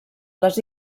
les